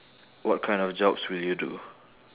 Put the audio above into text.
what kind of jobs would you do